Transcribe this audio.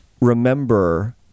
remember